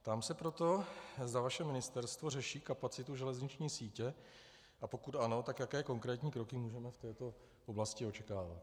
Ptám se proto, zda vaše ministerstvo řeší kapacitu železniční sítě, a pokud ano, jaké konkrétní kroky můžeme v této oblasti očekávat.